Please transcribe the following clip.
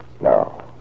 No